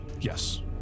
yes